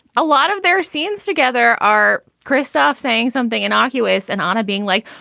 a lot of their scenes together are christoph saying something innocuous and on a being like,